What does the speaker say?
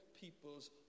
people's